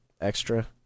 extra